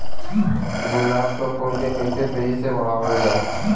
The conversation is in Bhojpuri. गुलाब क फूल के कइसे तेजी से बढ़ावल जा?